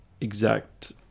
exact